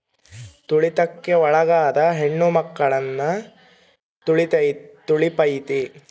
ತುಳಿತಕ್ಕೆ ಒಳಗಾದ ಹೆಣ್ಮಕ್ಳು ನ ತಲುಪೈತಿ